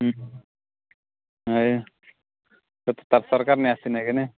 ହୁଁ ହଏ ତତେ ତ ସରକାର ନେଇ ଆସିନେ କିନେ